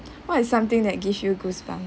what is something that gives you goosebumps